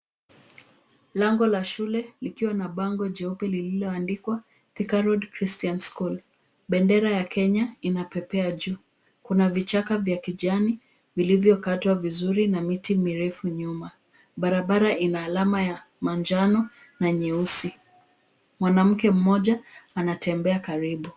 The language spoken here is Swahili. Lango la shule lina bango jeupe lililoandikwa Thika Road Christian School. Juu yake, bendera ya Kenya inapepea. Pembeni kuna vichaka vya kijani na iliyokatwa vizuri, huku miti mirefu ikionekana nyuma. Barabara iliyo mbele ina alama za manjano na nyeusi, na mwanamke mmoja anatembea karibu.